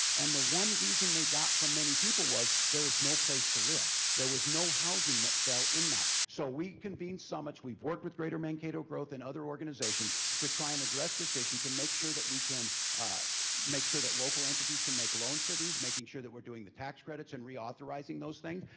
and the one reason they got for many people was, there is no place to live. there was no housing that fell in that. so we convened summits, we've worked with greater mankato growth and other organizations, to try and address this issue to make sure that we can ah make sure that local entities can make loans for these, making sure that we're doing the tax credits and reauthorizing those things.